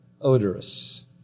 odorous